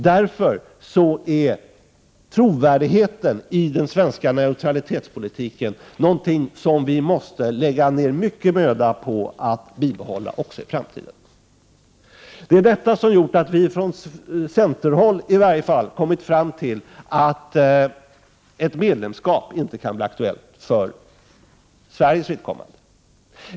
Därför är trovärdigheten i den 6 juni 1989 svenska neutralitetspolitiken någonting vi måste lägga ner mycket möda på att bibehålla också i framtiden. Detta har gjort att vi i varje fall inom centerpartiet har kommit fram till att ett medlemskap inte kan bli aktuellt för Sveriges vidkommande.